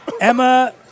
Emma